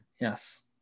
yes